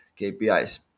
KPIs